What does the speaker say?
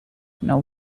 know